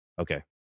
Okay